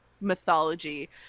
mythology